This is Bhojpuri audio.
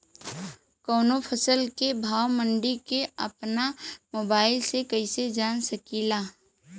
कवनो फसल के भाव मंडी के अपना मोबाइल से कइसे जान सकीला?